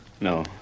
No